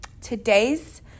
today's